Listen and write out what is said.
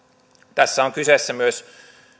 tässä on kyseessä myös